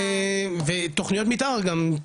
ותוכניות מתאר גם,